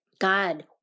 God